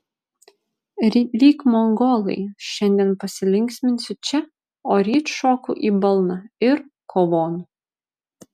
lyg mongolai šiandien pasilinksminsiu čia o ryt šoku į balną ir kovon